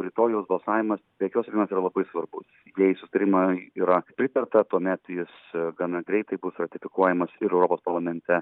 rytojaus balsavimas be jokios abejonės yra labai svarbus jei susitarimui yra pritarta tuomet jis gana greitai bus ratifikuojamas ir europos parlamente